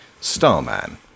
Starman